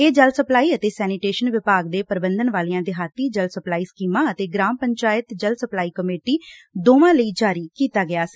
ਇਹ ਜਲ ਸਪਲਾਈ ਅਤੇ ਸੈਨੀਟੇਸ਼ਨ ਵਿਭਾਗ ਦੇ ਪ੍ਰਬੰਧਨ ਵਾਲੀਆਂ ਦਿਹਾਤੀ ਜਲ ਸਪਲਾਈ ਸਕੀਮਾਂ ਅਤੇ ਗਰਾਮ ਪੰਚਾਇਤ ਜਲ ਸਪਲਾਈ ਕਮੇਟੀ ਜੀਪੀਡਬਲਿਉਐਸਸੀ ਦੋਵਾਂ ਲਈ ਜਾਰੀ ਕੀਤਾ ਗਿਆ ਸੀ